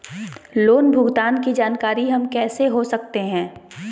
Loan भुगतान की जानकारी हम कैसे हो सकते हैं?